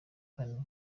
kane